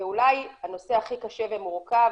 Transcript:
ואולי הנושא הכי קשה ומורכב,